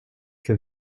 que